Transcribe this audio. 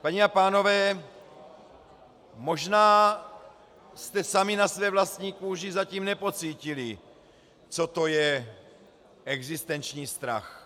Paní a pánové, možná jste sami na své vlastní kůži zatím nepocítili, co to je existenční strach.